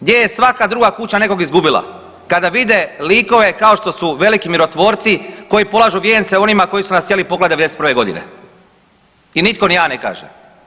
Gdje je svaka druga kuća nekog izgubila, kada vide likove kao što su veliki mirotvorci koji polažu vijence onima koji su nas htjeli poklat 91. godine i nitko ni a ne kaže.